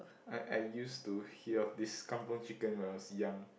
I I used to hear of this kampung chicken when I was young